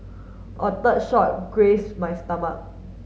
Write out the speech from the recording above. a third shot grazed my stomach